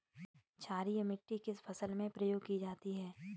क्षारीय मिट्टी किस फसल में प्रयोग की जाती है?